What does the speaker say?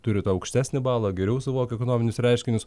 turi tą aukštesnį balą geriau suvokia ekonominius reiškinius